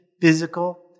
physical